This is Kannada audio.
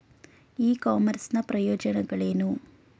ಇ ಕಾಮರ್ಸ್ ನ ಪ್ರಯೋಜನಗಳೇನು?